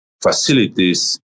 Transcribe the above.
facilities